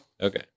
Okay